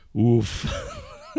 Oof